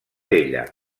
ella